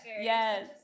Yes